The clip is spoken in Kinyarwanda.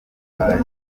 watashye